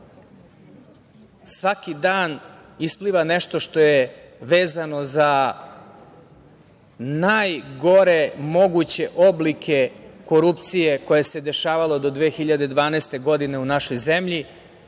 svaki dan prosto isplivava nešto što je vezano za najgore moguće oblike korupcije koja se dešavala do 2012. godine u našoj zemlji.